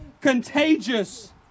contagious